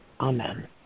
Amen